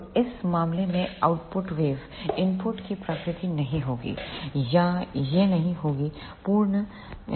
तो इस मामले में आउटपुट वेव इनपुट की प्रतिकृति नहीं होगी या यह नहीं होगी पूर्ण साइनसोइडल वेव